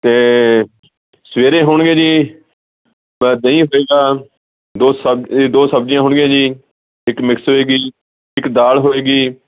ਅਤੇ ਸਵੇਰੇ ਹੋਣਗੇ ਜੀ ਦਹੀਂ ਹੋਏਗਾ ਦੋ ਸਬ ਏ ਦੋ ਸਬਜ਼ੀਆਂ ਹੋਣਗੀਆਂ ਜੀ ਇੱਕ ਮਿਕਸ ਹੋਏਗੀ ਇੱਕ ਦਾਲ ਹੋਏਗੀ